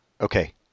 Okay